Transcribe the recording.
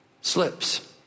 slips